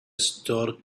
store